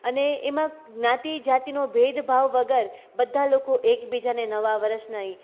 અને એમાં જ્ઞાતિ જાતિનો ભેદભાવ વગર બધા લોકો એક્બીજાને નવા વર્ષનાં એ